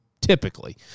typically